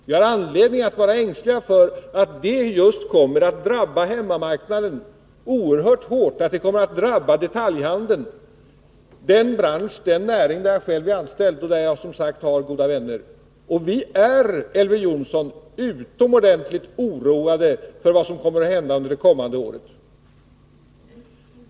Jag har anledning att vara ängslig för att det kommer att drabba just hemmamarknaden oerhört hårt och att det kommer att drabba detaljhandeln, den näring där jag själv är anställd och har arbetskamrater och goda vänner. Vi är, Elver Jonsson, utomordentligt oroade för vad som kommer att hända under det kommande året.